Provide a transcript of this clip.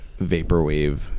vaporwave